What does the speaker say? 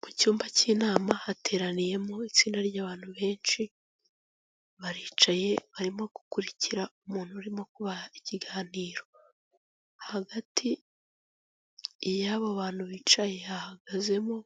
Mu cyumba cy'inama hateraniyemo itsinda ry'abantu benshi, baricaye barimo gukurikira umuntu urimo kubaha ikiganiro, hagati y'abo bantu bicaye hahagazemo